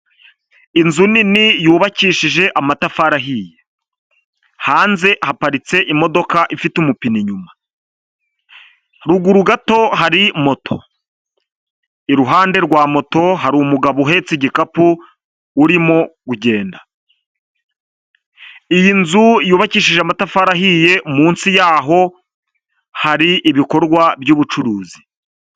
Inzu nini yubakishije amatafari ahiye. Hanze haparitse imodoka ifite amapine inyuma. Ruguru gato hari moto. Iruhande rwa moto hari umugabo uhetse igikapu urimo kugenda. Iyi nzu yubakishije amatafari ahiye munsi yaho hari ibikorwa by'ubucuruzi.